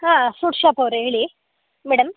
ಹಾಂ fruit shop ಅವರೆ ಹೇಳಿ ಮೇಡಮ್